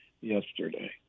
yesterday